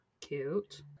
Cute